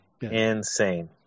insane